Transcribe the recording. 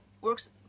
works